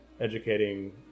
educating